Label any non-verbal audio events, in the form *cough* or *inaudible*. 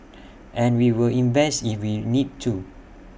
*noise* and we will invest if we need to